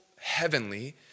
heavenly